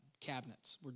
cabinets